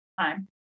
time